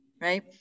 right